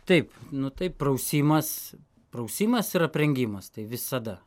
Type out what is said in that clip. taip tai prausimas prausimas ir aprengimas tai visada